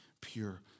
pure